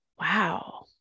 wow